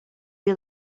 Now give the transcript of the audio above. you